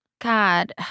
God